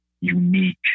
unique